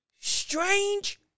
strange